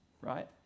right